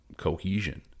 Cohesion